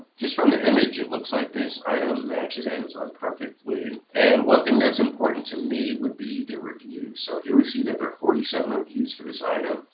just from the image it looks like this item matches amazon perfectly. and one thing that's important to me would be the review. so here we see that there are forty seven reviews for this item,